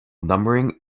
numbering